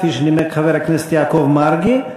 כפי שנימק חבר הכנסת יעקב מרגי.